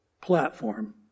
platform